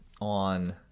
on –